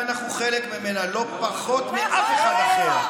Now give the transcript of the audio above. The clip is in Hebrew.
חבר הכנסת אלמוג כהן,